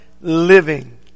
living